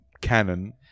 canon